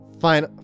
Fine